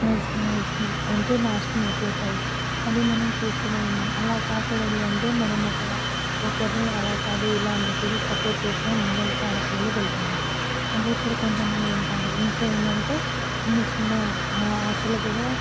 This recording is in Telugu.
నస్ నస్ అంటే నాశనం అయిపోతాయి అదే మనం చూస్తూనే ఉన్నాం అలా కాకూడదు అంటే మనం ఒకరి ఒకరిని అలా కాదు ఇలా చెప్పేసి సపోర్ట్ చేస్తే ముంగలకి ఆడపిల్లలు వెళ్తారు అదే ఇప్పుడు కొంతమంది ఉంటారు ఇంట్లో ఏందంటే చిన్న చిన్న ఆశలు కూడా